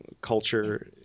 culture